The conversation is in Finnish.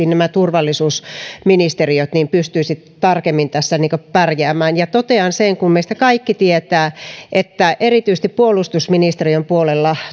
nämä turvallisuusministeriöt pystyisivät tarkemmin tässä pärjäämään ja totean sen kun meistä kaikki tietävät että erityisesti puolustusministeriön puolella